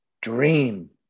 Dream